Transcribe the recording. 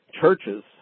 churches